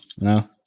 No